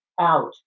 Out